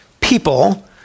people